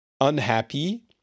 unhappy